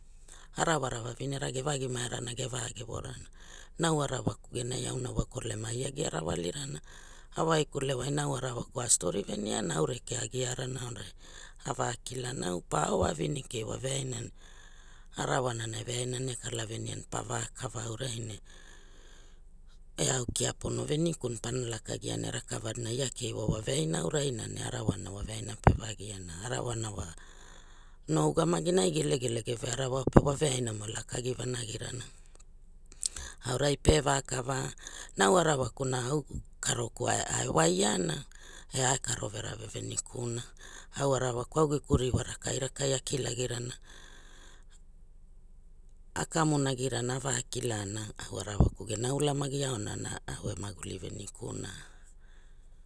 Arawara vavinera ge vagi ma e rana ge vagevo rana na au arawaku genai aona wa kolema ai agia rawalirana a waikule waina au arawaku a stori veniana au rekea a agirana aurai a vakilana au pa ao wa vavine kei wa veaina ne arawana na eveaina ere kalavenia ne pava kava aurai ne ea kia pono veniku na para lakagia rakavana ia kei wa wa veaina aurai na ne arawana na waveaina aurai na ne arawa ma wa veaina pe vagi na arawana wa no ugamagina ai gele gele geve arawaao pe wa veaina mo ge lakagi vanugai rana oarai pe vakava na au arawaku na au karoku ae ae wairana e ae karoverave veni kuna au arawagu au geku riria rakai rakai a kilarana a kamonagia rana aa kilana au arawaku gena ulamagi aonana au e maguli venikuna